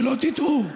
שלא תטעו,